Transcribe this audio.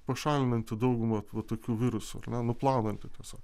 pašalinant daugumą va tokių virusų na nuplaunant jų tiesiog